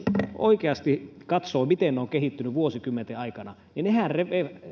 oikeasti katsoo miten ne ovat kehittyneet vuosikymmenten aikana nehän repesivät